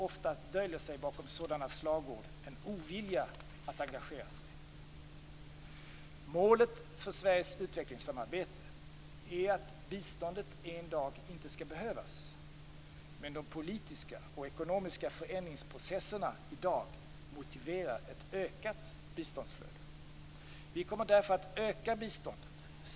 Ofta döljer sig bakom sådana slagord en ovilja att engagera sig. Målet för Sveriges utvecklingssamarbete är att biståndet en dag inte skall behövas. Men de politiska och ekonomiska förändringsprocesserna i dag motiverar ett ökat biståndsflöde. Vi kommer därför att öka biståndet.